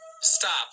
Stop